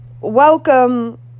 welcome